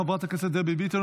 חברת הכנסת דבי ביטון,